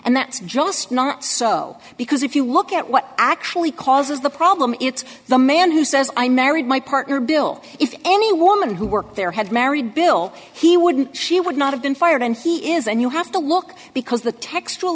and that's just not so because if you look at what actually causes the problem it's the man who says i married my partner bill if any woman who worked there had married bill he wouldn't she would not have been fired and he is and you have to look because the textu